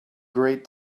great